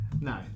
No